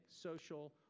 social